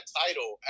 title